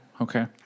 okay